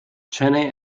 chaney